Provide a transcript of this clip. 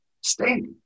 stink